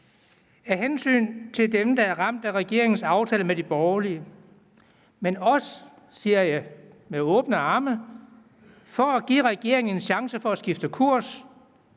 Af hensyn til dem, der er ramt af regeringens aftaler med de borgerlige, men også – siger jeg med åbne arme – for at give regeringen en chance for at skifte kurs,